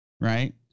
right